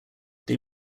they